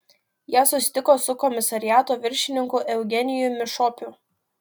jis susitiko su komisariato viršininku eugenijumi šopiu